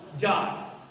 God